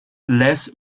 les